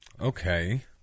Okay